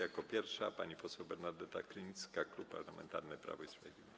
Jako pierwsza pani poseł Bernadeta Krynicka, Klub Parlamentarny Prawo i Sprawiedliwość.